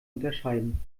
unterscheiden